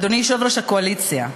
אדוני יושב-ראש הקואליציה,